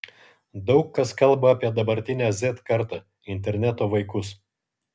daug kas kalba apie dabartinę z kartą interneto vaikus